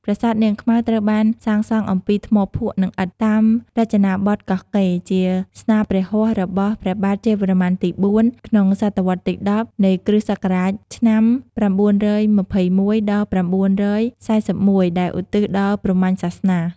ប្រាសាទនាងខ្មៅត្រូវបានសាងសង់អំពីថ្មភក់ និងឥដ្ឋ តាមរចនាបទកោះកេ ជាស្នាព្រះហស្តរបស់ព្រះបាទជ័យវរ្ម័នទី ៤ ក្នុងសតវត្សរ៍ទី ១០ នៃគ្រិស្តសករាជ ឆ្នាំ ៩២១ ដល់ ៩៤១ ដែលឧទ្ទិសដល់ព្រហ្មញសាសនា ។